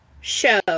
show